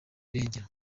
irengero